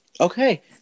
Okay